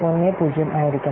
10 ആയിരിക്കണം